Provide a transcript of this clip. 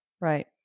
Right